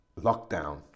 lockdown